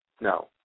No